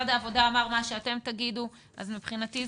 אני חוזר ואומר: כשמנגנון הפיצוי למסגרות הפרטיות גובש בפעם הקודמת,